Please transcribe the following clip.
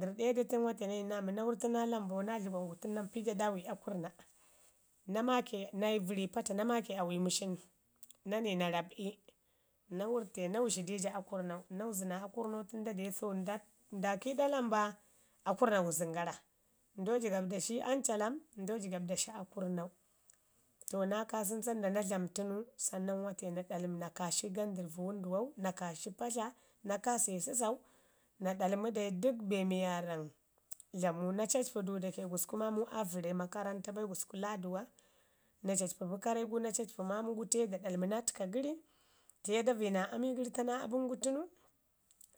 dərrɗe du tən mate nani naa mi, na wərrtu naa lambai naa dlugwan gu tən pi naa mpi ja daawi akurrna, na maake na vəri pato na maake ami məshinu nani na rab'i na wurrte nawuzhi di ja akurrnau. Na wuzi na akurrnau tən nda de go nda kiiɗa lamba akurrna wuzən gara. Ndo jigaɓ da shi am calam, ndo jigaɓ da shi akurrnau. to na kaasən se da na dlamu tənu sannan wate naɗalmi na kaashi gandərruu nanduwau na kaashi patla, na kaase səsau, na ɗalmi dai dək be waarra dlama. Na cicpu du dake gusku maamau aa vəre makarranta bai gusku laaduw. Na cacpi karre no cacpi maamu gu tiye da ɗalmi naa təka gəri tiye da vəyi naa ami gəri, ta naa abən gu tənu